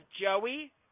Joey